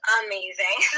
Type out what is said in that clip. amazing